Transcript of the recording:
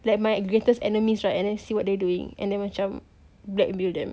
like my greatest enemies right and then see what they're doing and then macam blackmail them